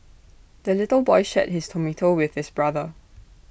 the little boy shared his tomato with his brother